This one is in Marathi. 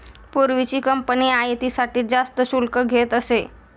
पूर्वीची कंपनी आयातीसाठी जास्त शुल्क घेत असे